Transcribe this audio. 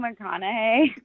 mcconaughey